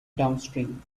downstream